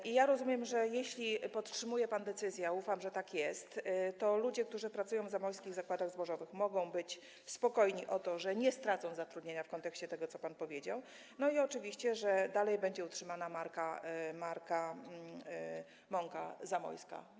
I ja rozumiem, że jeśli podtrzymuje pan decyzję, a ufam, że tak jest, to ludzie, którzy pracują w Zamojskich Zakładach Zbożowych, mogą być spokojni o to, że nie stracą zatrudnienia w kontekście tego, co pan powiedział, no i oczywiście że dalej będzie utrzymana marka: mąka zamojska.